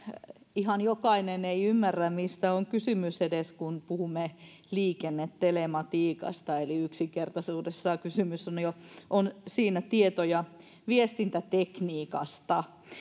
ihan jokainen ei ymmärrä mistä on kysymys edes kun puhumme liikennetelematiikasta eli yksinkertaisuudessaan siinä on kysymys tieto ja viestintätekniikasta